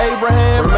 Abraham